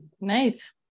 Nice